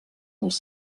els